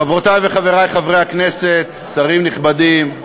חברותי וחברי חברי הכנסת, שרים נכבדים,